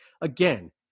again